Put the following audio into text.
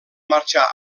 marxar